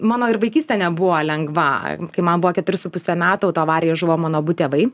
mano ir vaikystė nebuvo lengva kai man buvo keturi su puse metų autoavarijoje žuvo mano abu tėvai